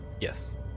Yes